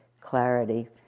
clarity